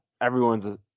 everyone's